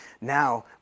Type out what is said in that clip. now